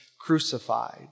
crucified